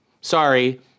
sorry